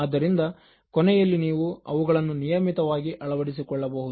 ಆದ್ದರಿಂದ ಕೊನೆಯಲ್ಲಿ ನೀವು ಅವುಗಳನ್ನು ನಿಯಮಿತವಾಗಿ ಅಳವಡಿಸಿಕೊಳ್ಳಬಹುದು